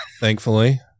thankfully